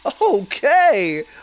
Okay